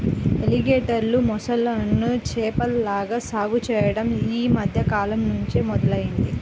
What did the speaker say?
ఎలిగేటర్లు, మొసళ్ళను చేపల్లాగా సాగు చెయ్యడం యీ మద్దె కాలంనుంచే మొదలయ్యింది